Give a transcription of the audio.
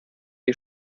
die